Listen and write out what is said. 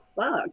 fuck